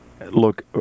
look